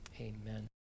amen